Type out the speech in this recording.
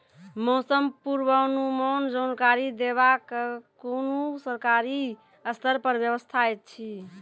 मौसम पूर्वानुमान जानकरी देवाक कुनू सरकारी स्तर पर व्यवस्था ऐछि?